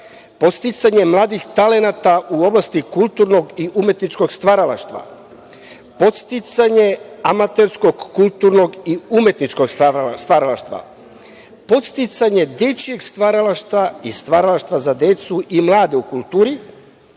podsticanjem mladih talenata u oblasti kulturnog i umetničkog stvaralaštva, podsticanje amaterskog, kulturnog i umetničkog stvaralaštva, podsticanje dečjeg stvaralaštva i stvaralaštva za decu i mlade u kulturi,